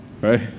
right